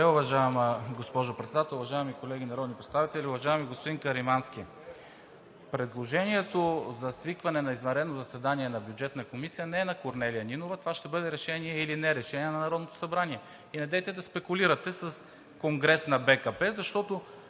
уважаема госпожо Председател. Уважаеми колеги народни представители! Уважаеми господин Каримански, предложението за свикване на извънредно заседание на Бюджетната комисия не е на Корнелия Нинова – това ще бъде решение или не-решение на Народното събрание. И недейте да спекулирате с конгрес на БКП, защото